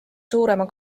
suurema